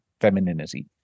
femininity